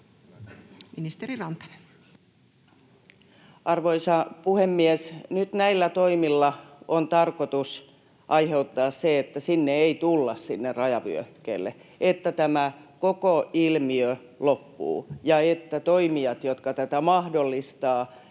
Arvoisa puhemies! Nyt näillä toimilla on tarkoitus aiheuttaa se, että ei tulla sinne rajavyöhykkeelle, että tämä koko ilmiö loppuu ja että toimijat, jotka tätä mahdollistavat